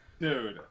Dude